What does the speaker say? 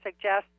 suggest